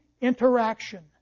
interaction